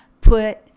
put